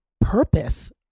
purpose